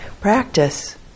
practice